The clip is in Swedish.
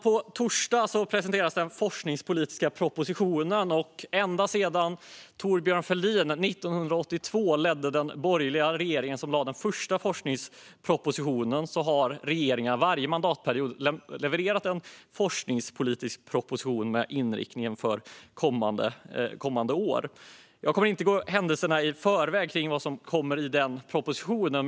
På torsdag presenteras den forskningspolitiska propositionen. Ända sedan Thorbjörn Fälldin 1982 ledde den borgerliga regering som lade fram den första forskningspropositionen har regeringar varje mandatperiod levererat en forskningspolitisk proposition med inriktningen för kommande år. Jag kommer inte att gå händelserna i förväg vad gäller den kommande propositionen.